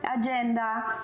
agenda